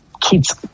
Kids